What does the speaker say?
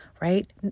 right